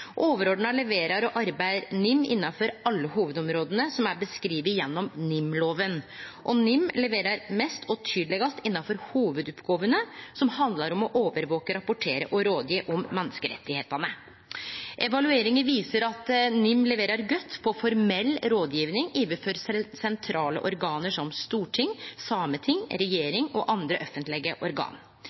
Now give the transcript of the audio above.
Overordna leverer og arbeider NIM innanfor alle hovudområda som er beskrivne gjennom NIM-loven, og NIM leverer mest og tydelegast innanfor hovudoppgåvene, som handlar om å overvake, rapportere og gje råd om menneskerettane. Evalueringa viser at NIM leverer godt på formell rådgjeving overfor sentrale organ som Stortinget, Sametinget, regjeringa og andre offentlege organ.